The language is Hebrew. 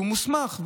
שהוא מוסמך,